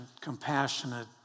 compassionate